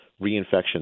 reinfection